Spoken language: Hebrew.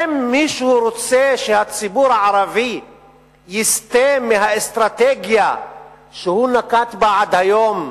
האם מישהו רוצה שהציבור הערבי יסטה מהאסטרטגיה שהוא נקט עד היום,